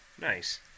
Nice